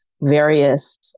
various